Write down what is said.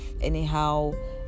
anyhow